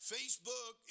Facebook